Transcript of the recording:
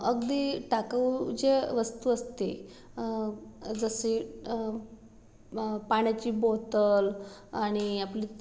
अगदी टाकाऊ जे वस्तू असते जसे पाण्याची बोटल आणि आपली